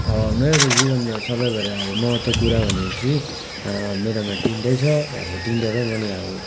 अब मेरो त जीवनमा सबै भएर अब महत्व कुरा भनेपछि मेरोमा तिनवटै छ अब तिनवटा चाहिँ मैले अब